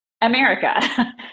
America